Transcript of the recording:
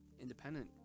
independent